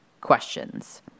questions